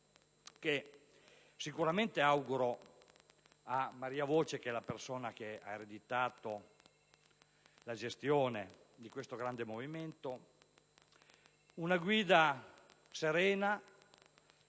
Sicuramente auguro a Maria Voce, la persona che ha ereditato la gestione di questo grande movimento, una guida serena e